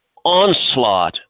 onslaught